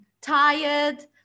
tired